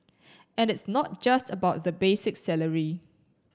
and it's not just about the basic salary